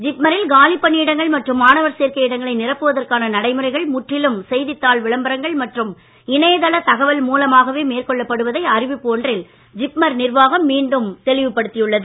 ஜிப்மரில் காலிப் பணியிடங்கள் மற்றும் மாணவர் சேர்க்கை இடங்களை நிரப்புவதற்கான நடைமுறைகள் முற்றிலும் செய்தித் தாள் விளம்பரங்கள் மற்றும் இணையதள தகவல் மூலமாகவே மேற்கொள்ளப்படுவதை அறிவிப்பு ஒன்றில் ஜிப்மர் நிர்வாகம் மீண்டும் தெளிவுபடுத்தியுள்ளது